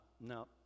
no